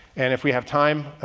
and if we have time,